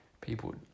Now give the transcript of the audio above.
people